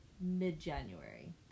mid-January